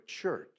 church